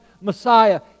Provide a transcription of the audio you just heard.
Messiah